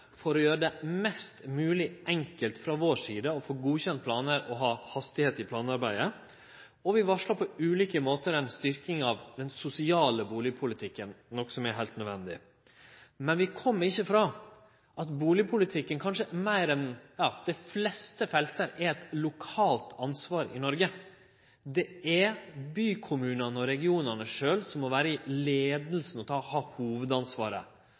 for å gjere enklast mogleg frå vår side å få godkjend planar og ha hastigheit i planarbeidet, og vi varsla på ulike måtar ei styrking av den sosiale bustadpolitikken, noko som er heilt nødvendig. Men vi kjem ikkje frå at bustadpolitikk, kanskje meir enn dei fleste felt, er eit lokalt ansvar i Noreg. Det er bykommunane og regionane sjølve som må vere i leiinga og ha hovudansvaret.